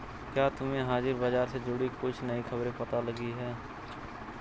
क्या तुम्हें हाजिर बाजार से जुड़ी कुछ नई खबरें पता लगी हैं?